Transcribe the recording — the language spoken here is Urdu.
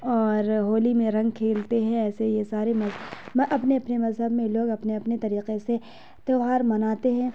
اور ہولی میں رنگ کھیلتے ہیں ایسے ہی یہ سارے اپنے اپنے مذہب میں لوگ اپنے اپنے طریقے سے تیوہار مناتے ہیں